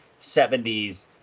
70s